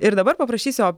ir dabar paprašysiu